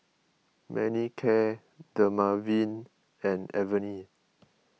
Manicare Dermaveen and Avene